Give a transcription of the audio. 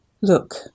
Look